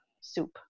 soup